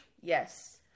Yes